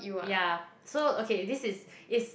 yeah so okay this is is